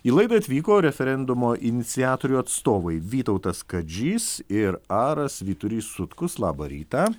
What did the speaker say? į laidą atvyko referendumo iniciatorių atstovai vytautas kadžys ir aras vyturys sutkus labą rytą